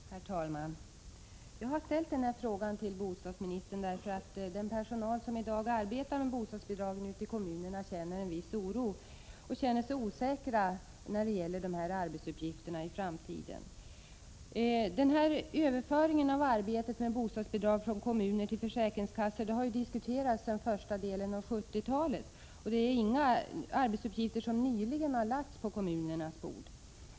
Herr talman! Jag har ställt den här frågan till bostadsministern därför att den personal som i dag arbetar med bostadsbidragen ute i kommunerna känner sig osäker och orolig för framtiden när det gäller dessa arbetsuppgifter. Överföringen av arbetet med bostadsbidrag från kommuner till försäkringskassor har diskuterats sedan första delen av 1970-talet. Det är således inga arbetsuppgifter som nyligen har lagts på kommunernas bord.